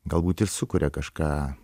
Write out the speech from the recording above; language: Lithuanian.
galbūt ir sukuria kažką